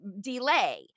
delay